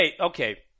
okay